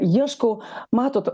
ieškau matot